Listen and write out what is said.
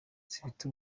zifite